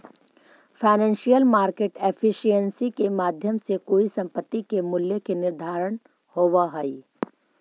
financial market efficiency के माध्यम से कोई संपत्ति के मूल्य के निर्धारण होवऽ हइ